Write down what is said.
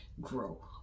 grow